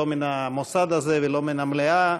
לא מן המוסד הזה ולא מן המליאה,